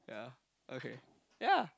yeah okay yeah